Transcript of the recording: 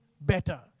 better